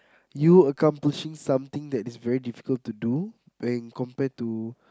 you accomplishing something that is very difficult to do when compared to